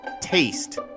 taste